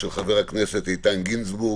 של חבר הכנסת איתן גינזבורג,